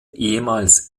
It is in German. ehemals